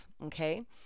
okay